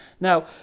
Now